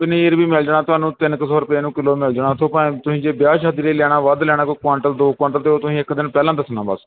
ਪਨੀਰ ਵੀ ਮਿਲ ਜਾਣਾ ਤੁਹਾਨੂੰ ਤਿੰਨ ਕੁ ਸੌ ਰੁਪਏ ਨੂੰ ਕਿਲੋ ਮਿਲ ਜਾਣਾ ਉੱਥੋਂ ਭਾਵੇਂ ਤੁਸੀਂ ਜੇ ਵਿਆਹ ਸ਼ਾਦੀ ਲਈ ਲੈਣਾ ਵੱਧ ਲੈਣਾ ਕੋਈ ਕੁਇੰਟਲ ਦੋ ਕੁਇੰਟਲ ਅਤੇ ਉਹ ਤੁਸੀਂ ਇੱਕ ਦਿਨ ਪਹਿਲਾਂ ਦੱਸਣਾ ਬਸ